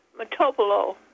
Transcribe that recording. metopolo